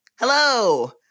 Hello